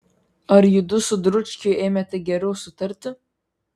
ar judu su dručkiu ėmėte geriau sutarti